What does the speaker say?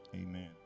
Amen